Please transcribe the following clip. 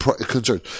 concerns